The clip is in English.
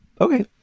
Okay